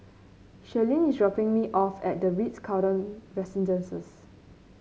Sherlyn is dropping me off at the Ritz Carlton Residences